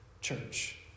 Church